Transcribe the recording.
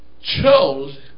chose